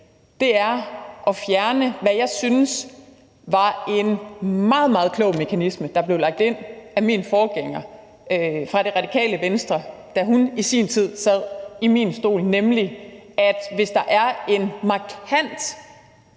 dag, er at fjerne, hvad jeg synes var en meget, meget klog mekanisme, der blev lagt ind af min forgænger fra Det Radikale Venstre, da hun i sin tid sad i min stol, nemlig at hvis der er en markant